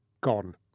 gone